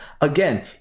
Again